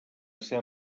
ser